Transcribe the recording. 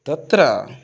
तत्र